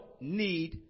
need